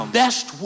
best